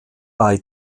bei